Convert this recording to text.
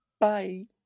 bye